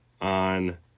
on